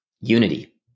unity